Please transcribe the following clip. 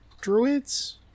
druids